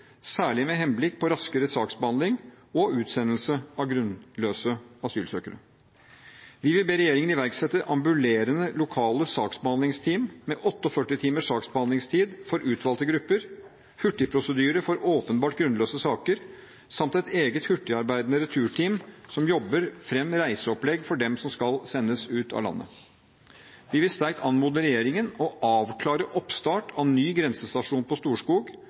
særlig med henblikk på raskere saksbehandling og utsendelse av asylsøkere med grunnløse asylsøknader. Vi vil be regjeringen iverksette ambulerende lokale saksbehandlingsteam med 48 timers saksbehandlingstid for utvalgte grupper, hurtigprosedyre for åpenbart grunnløse saker samt et eget hurtigarbeidende returteam som jobber fram reiseopplegg for dem som skal sendes ut av landet. Vi vil sterkt anmode regjeringen om å avklare oppstart av ny grensestasjon på Storskog,